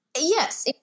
Yes